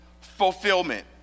fulfillment